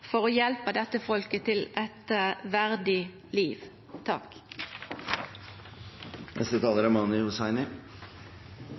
for å hjelpe dette folket til et verdig liv.